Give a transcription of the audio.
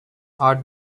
art